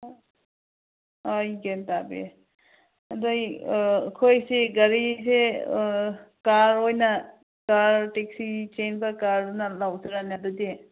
ꯒ꯭ꯌꯥꯟ ꯇꯥꯗꯦ ꯑꯗꯨ ꯑꯩ ꯑꯩꯈꯣꯏꯁꯤ ꯒꯥꯔꯤꯁꯦ ꯀꯥꯔ ꯑꯣꯏꯅ ꯀꯥꯔ ꯇꯦꯛꯁꯤ ꯆꯦꯟꯕ ꯀꯥꯔ ꯗꯨꯅ ꯂꯧꯁꯤꯔꯅꯦ ꯑꯗꯨꯗꯤ